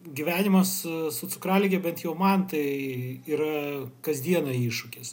gyvenimas su cukralige bet jau man tai yra kasdieną iššūkis